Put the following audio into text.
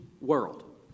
world